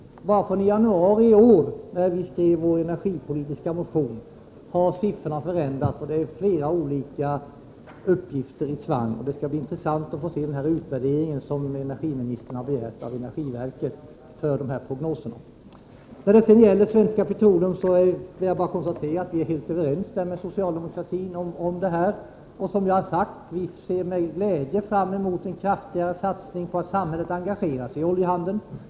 Bara sedan januari i år, när vi skrev vår energipolitiska motion, har siffrorna förändrats. Det är flera uppgifter i svang, och det skall bli intressant att se den utvärdering som energiministern begärt av energiverket för dessa prognoser. Vi är helt överens med socialdemokratin om Svenska Petroleum. Som jag sagt, vi ser med glädje fram emot en kraftigare satsning på att samhället engagerar sig i oljehandeln.